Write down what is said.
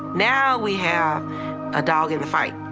now we have a dog in the fight.